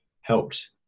helped